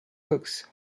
hooks